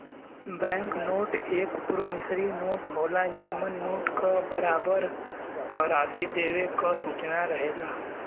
bank note एक promissory note होला जेमन नोट क बराबर क राशि देवे क सूचना रहेला